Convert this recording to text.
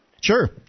Sure